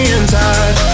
inside